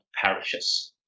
parishes